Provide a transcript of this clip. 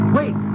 Wait